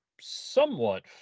somewhat